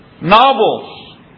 Novels